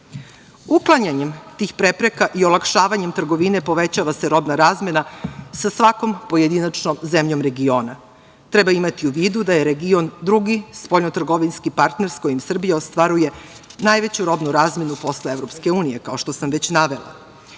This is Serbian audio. trgovini. Uklanjanjem tih prepreka i olakšavanjem trgovine povećava se robna razmena sa svakom pojedinačnom zemljom regiona. Treba imati u vidu da je region drugi spoljnotrgovinski partner s kojim Srbija ostvaruje najveću robnu razmenu posle EU, kao što sam već